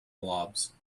blobs